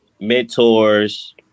mentors